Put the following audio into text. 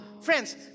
friends